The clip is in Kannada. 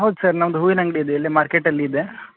ಹೌದು ಸರ್ ನಮ್ದು ಹೂವಿನ ಅಂಗಡಿ ಇದೆ ಇಲ್ಲಿ ಮಾರ್ಕೆಟಲ್ಲಿ ಇದೆ